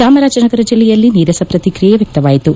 ಚಾಮರಾಜನಗರ ಜಿಲ್ಲೆಯಲ್ಲಿ ನೀರಸ ಪ್ರಕಿಕ್ರಿಯೆ ವ್ಯಕ್ತವಾಯಿತು